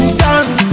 dance